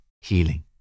healing